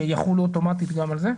שיחולו אוטומטית גם על זה?